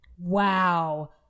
Wow